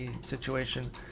situation